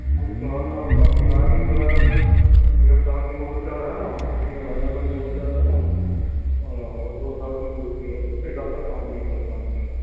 اُس کے بعد آپ کا ای ایم آئی جو ہے ایک سال کی بھی ہوتا ہے نا چھ مہینے کا بھی ہوتا ہے ہے نا اور دو سال کی بھی ہوتی ہے اُس سے زیادہ تو ہم نہیں کہہ پائیں گے